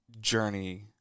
journey